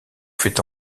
fait